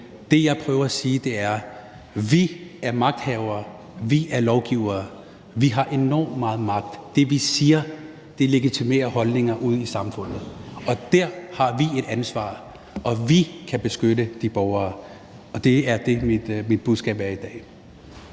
Det, jeg prøver at sige, er, at vi er magthavere, vi er lovgivere, vi har enormt meget magt. Det, vi siger, legitimerer holdninger ude i samfundet, og der har vi et ansvar, og vi kan beskytte de borgere. Det er det, mit budskab er i dag.